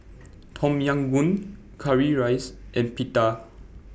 Tom Yam Goong Currywurst and Pita